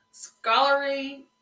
Scholarly